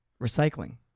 Recycling